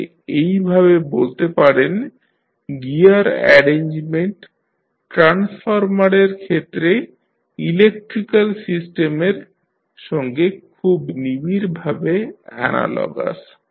তাহলে এইভাবে বলতে পারেন গিয়ার অ্যারেঞ্জমেন্ট ট্রান্সফরমারের ক্ষেত্রে ইলেকট্রিক্যাল সিস্টেমের সঙ্গে খুব নিবিড়ভাবে অ্যানালগাস